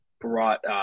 brought